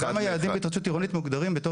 גם היעדים בהתחדשות עירונית מוגדרים בתור